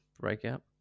breakout